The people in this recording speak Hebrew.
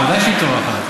בוודאי שהיא טורחת.